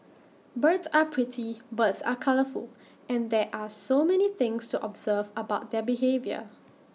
birds are pretty birds are colourful and there are so many things to observe about their behaviour